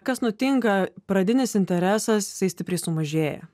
kas nutinka pradinis interesas jisai stipriai sumažėja